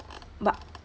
but